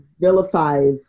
vilifies